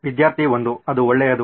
ವಿದ್ಯಾರ್ಥಿ 1 ಅದು ಒಳ್ಳೆಯದು